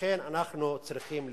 ולכן אנחנו צריכים להתאחד,